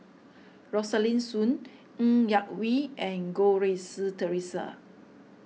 Rosaline Soon Ng Yak Whee and Goh Rui Si theresa